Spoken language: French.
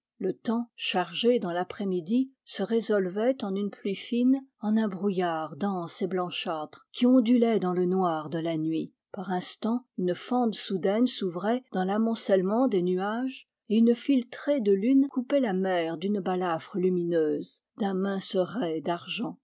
le temps chargé dans l'après-midi se résolvait en une pluie fine en un brouillard dense et blanchâtre qui ondulait dans le noir de la nuit par instants une fente soudaine s'ouvrait dans l'amoncellement des nuages et une filtrée de lune coupait la mer d'une balafre lumineuse d'un mince rai d'argent